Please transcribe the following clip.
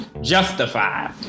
justify